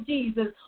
Jesus